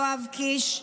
יואב קיש,